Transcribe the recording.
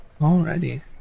Alrighty